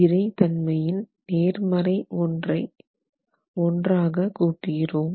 விறை தன்மையின் நேர்மறை ஒன்றாக கூட்டுகிறோம்